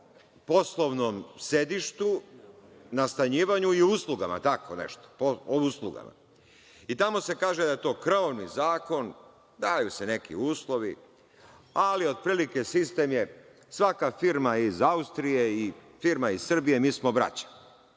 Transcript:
o poslovnom sedištu nastanjivanju i uslugama, tako nešto, o uslugama. I tamo se kaže da je to krovni zakon, daju se neki uslovi, ali otprilike sistem je svaka firma iz Austrije i firma iz Srbije mi smo braća.